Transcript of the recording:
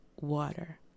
water